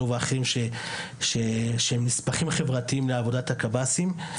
ואחרים שהם נספחים חברתיים לעבודת הקב"סים.